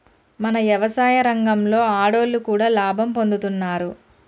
మన యవసాయ రంగంలో ఆడోళ్లు కూడా లాభం పొందుతున్నారు